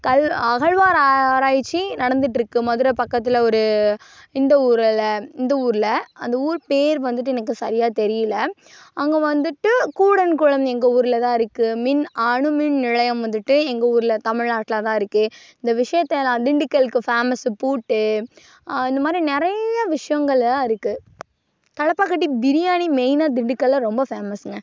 கல் அகழ்வார் ஆராய்ச்சி நடந்துட்டுருக்கு மதுரை பக்கத்தில் ஒரு இந்த ஊரில் இந்த ஊரில் அந்த ஊர் பெயர் வந்துட்டு எனக்கு சரியாக தெரியலை அங்கே வந்துட்டு கூடன்குளம் எங்கள் ஊரில் தான் இருக்குது மின் அணுமின் நிலையம் வந்துட்டு எங்கள் ஊரில் தமிழ்நாட்ல தான் இருக்குது இந்த விஷயத்தலாம் திண்டுகல்க்கு ஃபேமஸ்ஸு பூட்டு இந்த மாதிரி நிறைய விஷயங்களெல்லாம் இருக்குது தலப்பாக்கட்டி பிரியாணி மெயினாக திண்டுக்கலில் ரொம்ப ஃபேமஸுங்க